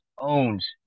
owns